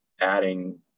adding